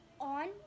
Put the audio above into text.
on